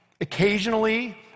Occasionally